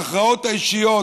ההכרעות האישיות